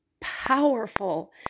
powerful